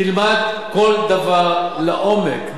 תלמד כל דבר לעומק,